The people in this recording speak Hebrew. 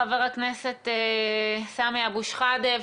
חבר הכנסת סמי אבו שחאדה,